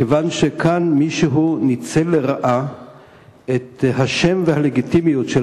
כיוון שכאן מישהו ניצל לרעה את השם והלגיטימיות של